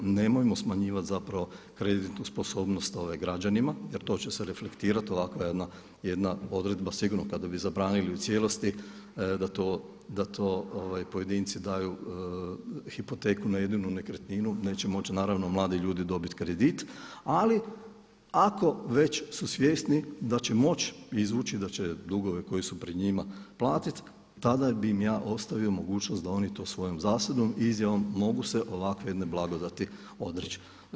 Nemojmo smanjivati zapravo kreditnu sposobnost građanima jer to će se reflektirati ovakva jedna odredba sigurno kada bi zabranili u cijelosti da to pojedinci daju hipoteku na jedinu nekretninu neće moći naravno mladi ljudi dobiti kredit ali ako već su svjesni da će moći izvući, da će dugove koji su pred njima platiti tada bih im ja ostavio mogućnost da oni to svojom zasebnom izjavom mogu se ovakve jedne blagodati odreći.